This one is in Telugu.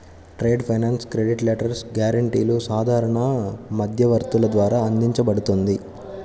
ట్రేడ్ ఫైనాన్స్ క్రెడిట్ లెటర్స్, గ్యారెంటీలు సాధారణ మధ్యవర్తుల ద్వారా అందించబడుతుంది